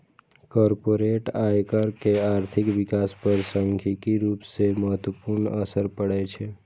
corporate आयकर के आर्थिक विकास पर सांख्यिकीय रूप सं महत्वपूर्ण असर पड़ै छै